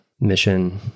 mission